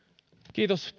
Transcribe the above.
kiitos